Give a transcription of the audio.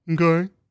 Okay